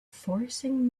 forcing